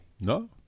No